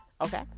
okay